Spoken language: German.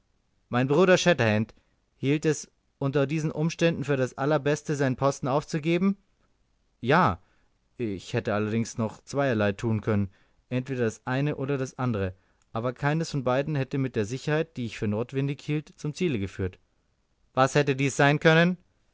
mein bruder shatterhand hielt es unter diesen umständen für das allerbeste seinen posten aufzugeben ja ich hätte allerdings noch zweierlei tun können entweder das eine oder das andere aber keins von beiden hätte mit der sicherheit die ich für notwendig hielt zum ziele geführt was hätte dies sein können